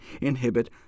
inhibit